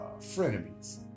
Frenemies